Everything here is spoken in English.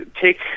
take